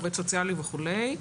עובד סוציאלי וכולי,